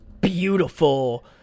beautiful